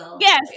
Yes